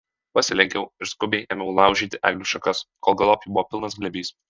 pasilenkiau ir skubiai ėmiau laužyti eglių šakas kol galop jų buvo pilnas glėbys